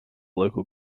local